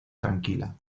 tranquila